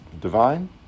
divine